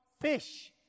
fish